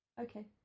Okay